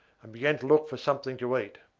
and began to look for something to eat.